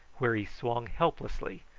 where he swung helplessly,